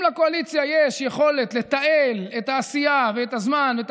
אם לקואליציה יש יכולת לתעל את הזמן ואת